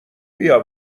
بیا